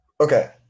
Okay